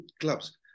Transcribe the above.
clubs